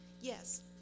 Yes